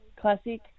Classic